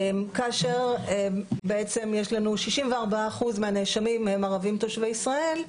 כאשר בעצם יש לנו 64 אחוז מהנאשמים הם ערבים תושבי ישראל,